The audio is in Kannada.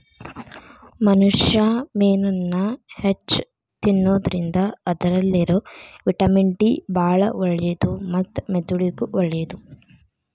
ಮನುಷ್ಯಾ ಮೇನನ್ನ ಹೆಚ್ಚ್ ತಿನ್ನೋದ್ರಿಂದ ಅದ್ರಲ್ಲಿರೋ ವಿಟಮಿನ್ ಡಿ ಬಾಳ ಒಳ್ಳೇದು ಮತ್ತ ಮೆದುಳಿಗೂ ಒಳ್ಳೇದು